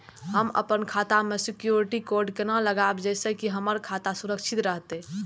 हम अपन खाता में सिक्युरिटी कोड केना लगाव जैसे के हमर खाता सुरक्षित रहैत?